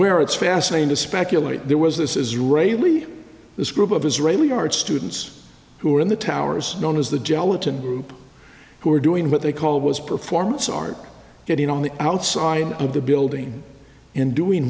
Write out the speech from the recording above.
where it's fascinating to speculate there was this israeli this group of israeli art students who were in the towers known as the gelatin group who were doing what they called was performance art getting on the outside of the building and doing